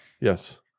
Yes